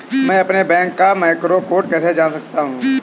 मैं अपने बैंक का मैक्रो कोड कैसे जान सकता हूँ?